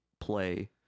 play